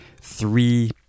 three